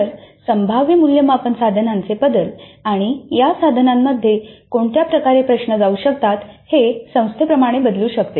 तर संभाव्य मूल्यमापन साधनांचे बदल आणि या साधनांमध्ये कोणत्या प्रकारचे प्रश्न जाऊ शकतात हे संस्थे प्रमाणे बदलू शकते